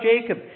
Jacob